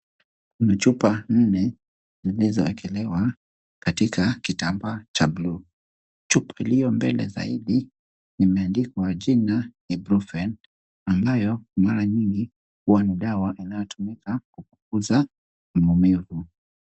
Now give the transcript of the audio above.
Kuna chupa nne zilizoekelewa katika kitambaa cha buluu. Chupa iliyo mbele zaidi imeandikwa jina ibuprofen ambayo mara nyingi huwa dawa inayotumika kupunguza maumivu.